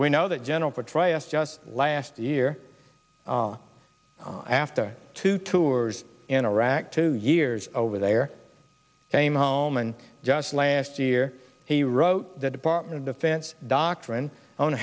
we know that general petraeus just last year after two tours in iraq two years over there came home and just last year he wrote the department of defense doctrine on